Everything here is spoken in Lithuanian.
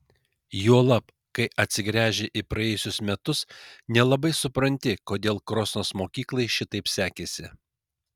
juolab kai atsigręži į praėjusius metus nelabai supranti kodėl krosnos mokyklai šitaip sekėsi